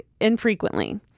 infrequently